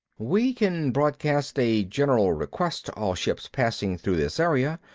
we can broadcast a general request to all ships passing through this area.